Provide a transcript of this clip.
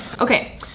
okay